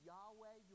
Yahweh